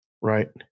Right